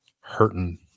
hurting